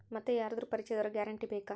ಮತ್ತೆ ಯಾರಾದರೂ ಪರಿಚಯದವರ ಗ್ಯಾರಂಟಿ ಬೇಕಾ?